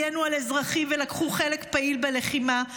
הגנו על אזרחים ולקחו חלק פעיל בלחימה.